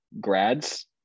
grads